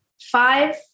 five